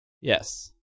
Yes